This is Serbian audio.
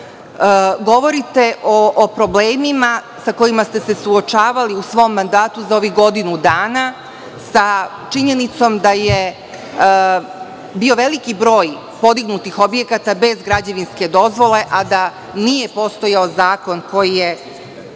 govorite o problemima sa kojima ste se suočavali u svom mandatu za ovih godinu dana, sa činjenicom da je bio veliki broj podignutih objekata bez građevinske dozvole, a da nije postojao zakon koji je